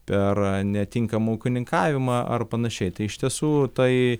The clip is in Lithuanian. per netinkamą ūkininkavimą ar panašiai tai iš tiesų tai